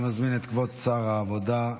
אני מזמין את כבוד שר העבודה,